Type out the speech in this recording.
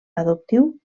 adoptiu